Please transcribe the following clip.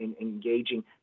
engaging